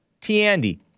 Tandy